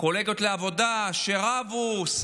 קולגות לעבודה שרבו,